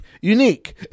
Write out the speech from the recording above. unique